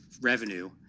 revenue